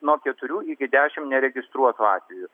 nuo keturių iki dešimt neregistruotų atvejų